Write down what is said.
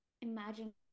imagine